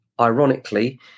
ironically